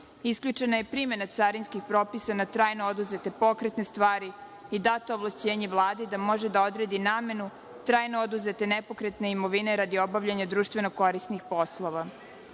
Isključena je primena carinskih propisa na trajno oduzete pokretne stvari i data ovlašćenja Vladi da može da odredi namenu trajno oduzete nepokretne imovine radi obavljanja društveno koristnih poslova.U